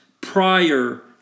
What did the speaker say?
prior